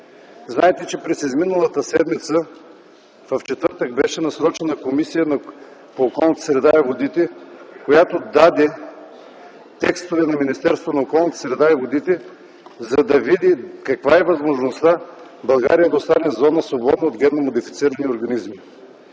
Знаете, че през изминалата седмица, в четвъртък, беше насрочено заседание на Комисията по околната среда и водите, която даде текстове на Министерството на околната среда и водите, за да види каква е възможността България да остане зона, свободна от генно модифицирани организми.